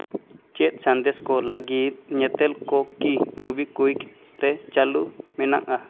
ᱪᱮᱫ ᱥᱟᱸᱫᱮᱥ ᱠᱚ ᱞᱟᱹᱜᱤᱫ ᱧᱮᱛᱮᱞ ᱠᱚ ᱠᱤ ᱢᱩᱵᱷᱤᱠᱩᱭᱤᱠ ᱨᱮ ᱠᱤ ᱪᱟᱹᱞᱩ ᱢᱮᱱᱟᱜᱼᱟ